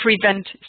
prevent